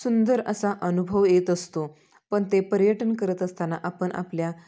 सुंदर असा अनुभव येत असतो पण ते पर्यटन करत असताना आपण आपल्या